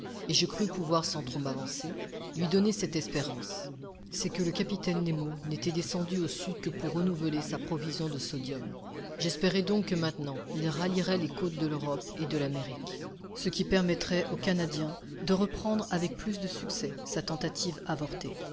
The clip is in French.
et je crus pouvoir sans trop m'avancer lui donner cette espérance c'est que le capitaine nemo n'était descendu au sud que pour renouveler sa provision de sodium j'espérais donc que maintenant il rallierait les côtes de l'europe et de l'amérique ce qui permettrait au canadien de reprendre avec plus de succès sa tentative avortée